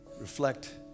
reflect